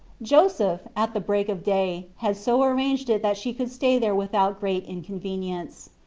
joseph, at the break of day, had so ar ranged it that she could stay there without great inconvenience.